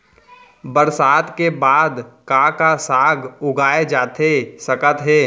बरसात के बाद का का साग उगाए जाथे सकत हे?